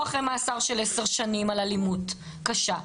אחרי מאסר של עשר שנים על אלימות קשה,